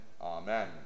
Amen